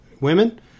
women